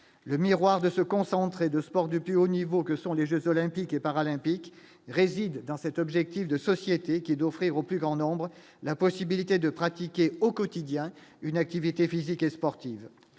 le miroir de ce concentrer de sport du plus haut niveau que sont les Jeux olympiques et paralympiques réside dans cet objectif de société qui est d'offrir au plus grand nombre, la possibilité de pratiquer au quotidien une activité physique et sportive,